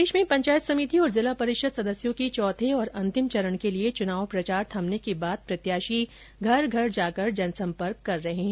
प्रदेश में पंचायत समिति और जिला परिषद सदस्यों के चौथे और अंतिम चरण के लिए चूनाव प्रचार थमने के बाद प्रत्याशी घर घर जाकर जनसंपर्क कर रहे हैं